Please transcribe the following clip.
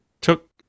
took